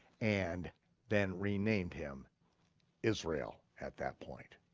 and then renamed him israel at that point.